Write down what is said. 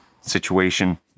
situation